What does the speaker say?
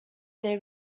their